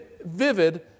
vivid